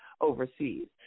overseas